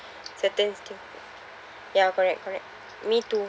certain thing ya correct correct me too